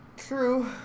true